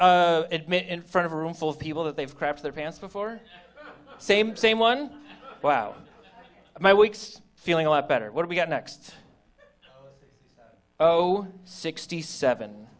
whenever in front of a roomful of people that they've craps their pants before same same one wow my weeks feeling a lot better what we got next oh sixty seven